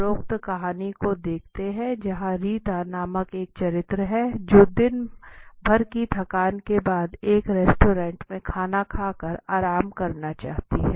उपरोक्त कहानी को देखते हैं जहाँ रीता नामक एक चरित्र है जो दिन भर की थकान के बाद एक रेस्तरां में खाना खाकर आराम करना चाहती है